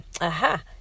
Aha